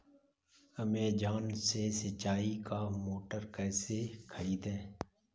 Amazon से सिंचाई का मोटर कैसे खरीदें?